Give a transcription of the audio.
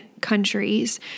countries